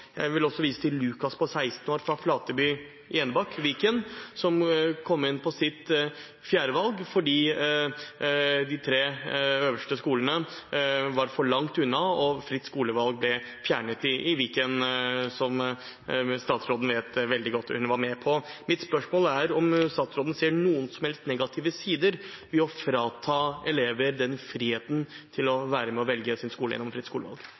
Jeg vil også vise til Lukas på 16 år, fra Flateby i Enebakk i Viken, som kom inn på sitt fjerdevalg fordi de tre øverste skolene var for langt unna og fritt skolevalg ble fjernet i Viken, noe statsråden vet veldig godt, og som hun var med på. Mitt spørsmål er om statsråden ser noen som helst negative sider ved å frata elever friheten til å være med og velge sin skole gjennom fritt skolevalg.